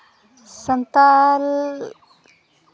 Santal